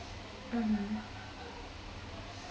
mmhmm